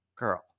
girl